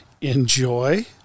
enjoy